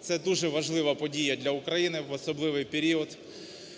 Це дуже важлива подія для України в особливий період.